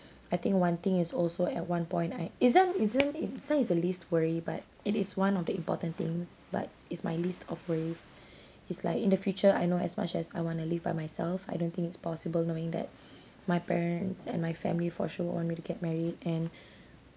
I think one thing is also at one point I isn't isn't is this one is the least worry but it is one of the important things but it's my least of worries it's like in the future I know as much as I want to live by myself I don't think it's possible knowing that my parents and my family for sure would want me to get married and